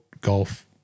golf